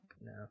No